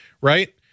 right